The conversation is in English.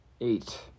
Eight